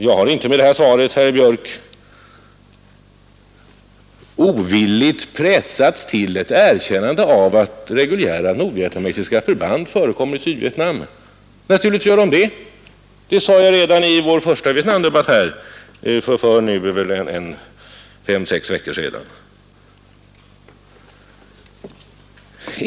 Jag har inte med det här svaret, herr Björck, ovilligt pressats till ett erkännande av att reguljära nordvietnamesiska förband förekommer i Sydvietnam. Naturligtvis gör de det. Det sade jag redan i vår förra Vietnamdebatt här i riksdagen för fyra fem veckor sedan.